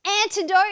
antidote